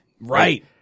right